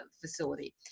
facility